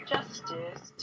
Justice